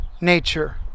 nature